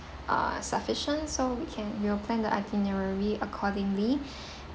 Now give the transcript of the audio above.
uh sufficient so we can we'll plan the itinerary accordingly